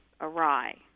awry